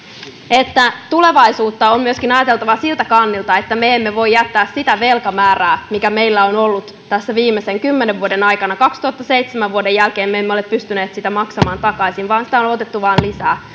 että tulevaisuutta on ajateltava myöskin siltä kantilta että me emme voi jättää sitä velkamäärää mikä meillä on ollut tässä viimeisen kymmenen vuoden aikana vuoden kaksituhattaseitsemän jälkeen me emme ole pystyneet sitä maksamaan takaisin vaan sitä on on otettu vain lisää